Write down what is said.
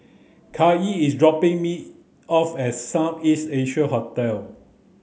Kaycee is dropping me off at South East Asia Hotel